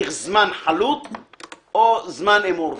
הרמת טלפון לאיש שנמצא הכי קרוב לאירוע,